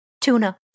Tuna